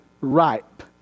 ripe